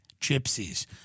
gypsies